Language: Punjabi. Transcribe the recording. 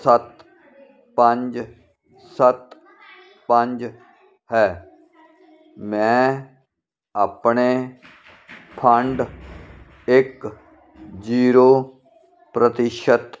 ਸੱਤ ਪੰਜ ਸੱਤ ਪੰਜ ਹੈ ਮੈਂ ਆਪਣੇ ਫੰਡ ਇੱਕ ਜੀਰੋ ਪ੍ਰਤੀਸ਼ਤ